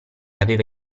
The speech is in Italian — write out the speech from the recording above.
aveva